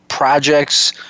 projects